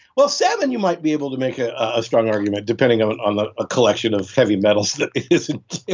well, salmon you might be able to make a ah strong argument depending on on the ah collection of heavy metals that it isn't yeah,